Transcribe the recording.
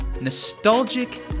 nostalgic